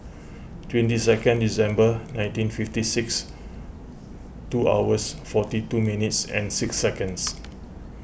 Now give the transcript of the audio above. twenty second December nineteen fifty six two hours forty two minutes and six seconds